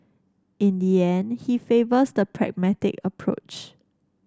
in the end he favours the pragmatic approach